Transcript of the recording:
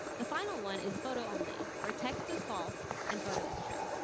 the final one is photo only, where text is false and photo is true.